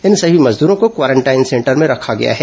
इन सभी मजदूरों को क्वारेंटाइन सेंटर में रखा गया है